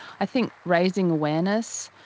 i think raising awareness,